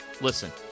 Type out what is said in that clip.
Listen